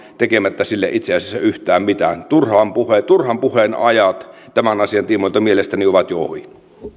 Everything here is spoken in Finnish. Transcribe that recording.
tekemättä sille itse asiassa yhtään mitään turhan puheen ajat tämän asian tiimoilta mielestäni ovat jo ohi